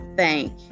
thank